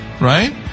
right